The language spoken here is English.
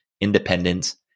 independence